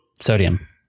sodium